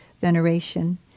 veneration